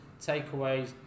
takeaways